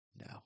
no